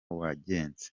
wagenze